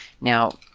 Now